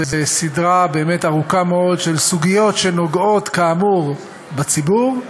זאת סדרה באמת ארוכה מאוד של סוגיות שנוגעות כאמור בציבור.